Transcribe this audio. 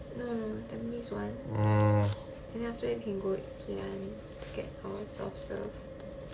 no no tampines one and then after that we can go ikea and get our soft serve